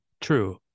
True